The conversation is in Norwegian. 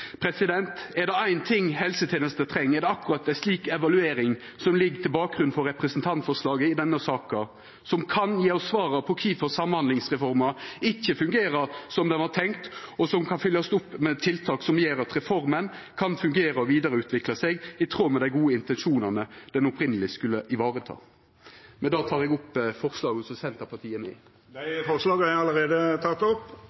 Er det éin ting helsetenesta treng, er det akkurat ei slik evaluering som ein ønskjer i representantforslaget i denne saka, som kan gje oss svara på kvifor samhandlingsreforma ikkje fungerer som det var tenkt, og som kan følgjast opp med tiltak som gjer at reforma kan fungera og vidareutvikla seg, i tråd med dei gode intensjonane ho opphavleg skulle varetaka. Med det viser eg til dei forslaga som Senterpartiet er med